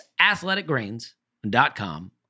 athleticgrains.com